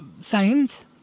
science